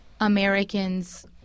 Americans